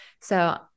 So-